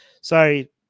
Sorry